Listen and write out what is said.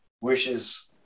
wishes